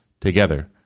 together